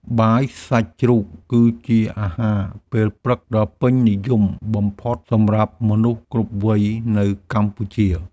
បាយសាច់ជ្រូកគឺជាអាហារពេលព្រឹកដ៏ពេញនិយមបំផុត សម្រាប់មនុស្សគ្រប់វ័យនៅកម្ពុជា។